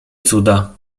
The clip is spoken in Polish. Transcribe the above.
cuda